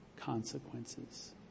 consequences